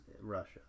Russia